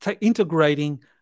integrating